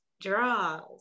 Draws